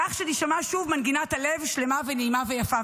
כך שתשמע שוב מנגינת הלב שלמה ונעימה ויפה.